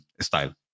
style